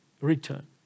return